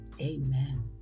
Amen